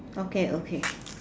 okay okay